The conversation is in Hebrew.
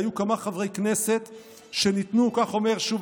היו כמה חברי כנסת שניסו" כך אומר שוב,